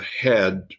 head